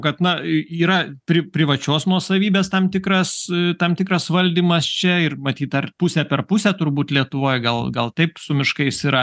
kad na yra pri privačios nuosavybės tam tikras tam tikras valdymas čia ir matyt ar pusę per pusę turbūt lietuvoje gal gal taip su miškais yra